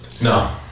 No